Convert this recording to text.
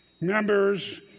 members